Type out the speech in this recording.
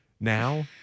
Now